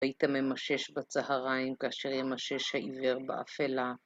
היית ממשש בצהריים כאשר ימשש העיוור באפלה.